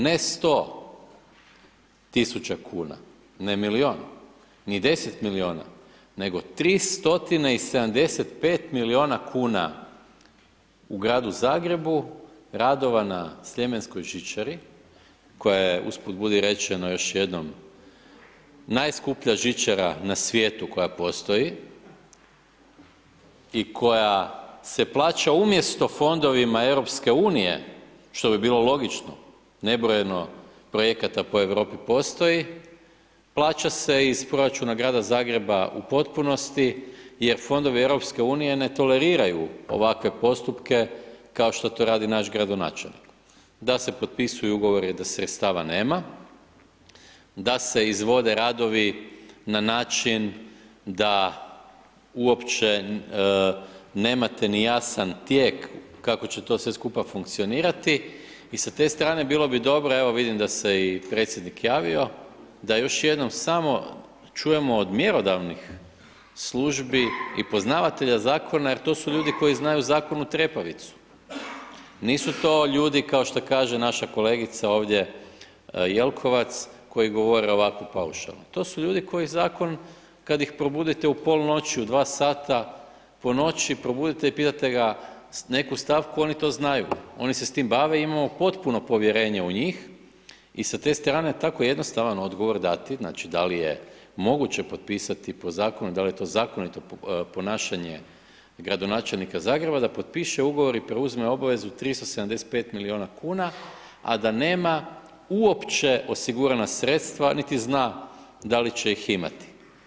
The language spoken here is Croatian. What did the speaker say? Ne 100 000 kn, ne milijun, ni 10 milijuna nego 3 stotine i 75 milijuna kuna u gradu Zagrebu, radova na sljemenskoj žičari koja je usput budi rečeno, još jednom najskuplja žičara na svijetu koja postoji i koja se plaća umjesto fondovima EU-a što bio bilo logično, nebrojeno projekata po Europi postoji, plaća se iz proračuna grada Zagreba u potpunosti jer fondovi EU-a ne toleriraju ovakve postupke kao što to radi naš gradonačelnik, da se potpisuju ugovori, da sredstava nema, da se izvode radovi na način da uopće nemate ni jasan tijek kako će to sve skupa funkcionirati i sa te strane bilo bi dobro, evo vidim da se i predsjednik javio, da još jednom samo čujemo od mjerodavnih službi i poznavatelja zakona jer to su ljudi koji znaju zakon u trepavicu, nisu to ljudi kao što kaže naša kolegica ovdje Jelkovac koji govore ovako paušalno, to su ljudi koji zakon, kad ih probudite u pol noći, u 2 sata po noći probudite i pitate ga neku stavku, oni to znaju, oni se s tim bave i imamo potpuno povjerenje u njih i sa te strane tako jednostavan odgovor dati, znači da li je moguće potpisati po zakon, da li je to zakonito ponašanje gradonačelnika Zagreba da potpiše ugovore i preuzme obavezu 375 milijuna kuna a da nema uopće osigurana sredstva niti zna da li će ih imati.